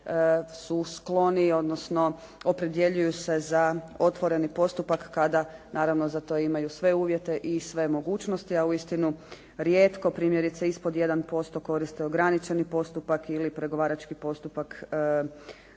su skloni, odnosno opredjeljuju se za otvoreni postupak kada naravno za to imaju sve uvjete i sve mogućnosti, a uistinu rijetko, primjerice ispod 1% koriste ograničeni postupak ili pregovarački postupak